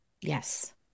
Yes